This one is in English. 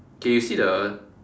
okay you see the